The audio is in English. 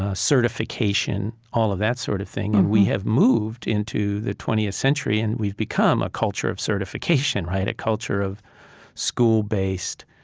ah certification, all of that sort of thing. and we have moved into the twentieth century, and we've become a culture of certification, a culture of school-based